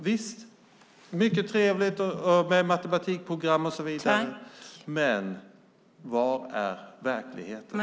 Det är mycket trevligt med matematikprogram och så vidare, men var är verkligheten?